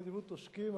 בנדיבות עוסקים,